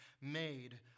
made